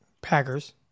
Packers